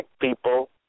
people